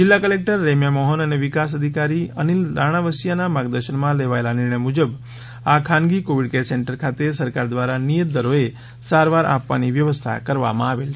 જિલ્લા કલેક્ટર રેમ્યા મોહન અને વિકાસ અધિકારી અનિલ રાણાવસિયાના માર્ગદર્શનમા લેવાયેલા આ નિર્ણય મુજબ આ ખાનગી કોવિડ કેર સેન્ટર ખાતે સરકાર દ્વારા નિયત દરોએ સારવાર આપવાની વ્યવસ્થા કરવામાં આવેલ છે